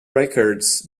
records